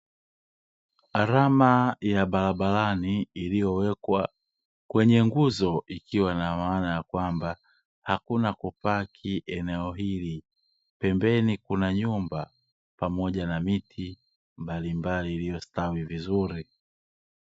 Alama ya barabarani iliyowekwa kwenye nguzo ikiwa na maana kwamba hakuna kupaki eneo hili, pembeni kuna nyumba pamoja na miti mbalimbali iliyostawi vizuri.